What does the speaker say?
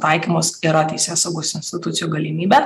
taikymas yra teisėsaugos institucijų galimybė